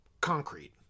Concrete